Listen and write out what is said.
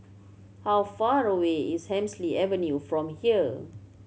how far away is Hemsley Avenue from here